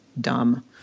dumb